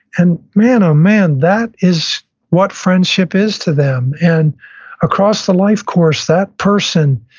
and man, oh man, that is what friendship is to them, and across the life course, that person,